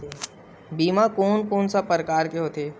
बीमा कोन कोन से प्रकार के होथे?